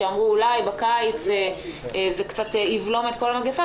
שאמרו אולי בקיץ זה קצת יבלום את כל המגפה,